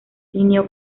linneo